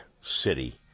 City